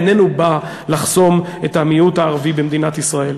אינו בא לחסום את המיעוט הערבי במדינת ישראל,